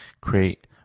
create